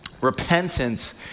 Repentance